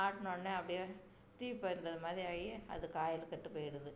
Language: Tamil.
ஆட்டுனவுடனே அப்படியே தீப்பறந்த மாதிரி ஆயி அது காயலு கெட்டுப் போய்விடுது